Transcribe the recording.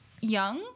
young